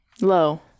low